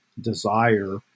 desire